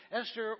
Esther